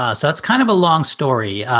um so that's kind of a long story.